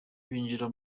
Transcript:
binjira